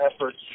efforts